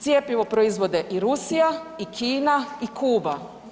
Cjepivo proizvode i Rusija i Kina i Kuba.